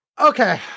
okay